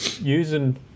using